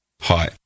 Hi